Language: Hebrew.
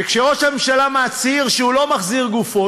וכשראש הממשלה מצהיר שהוא לא מחזיר גופות,